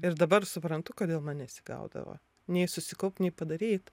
ir dabar suprantu kodėl man nesigaudavo nei susikaupt nei padaryt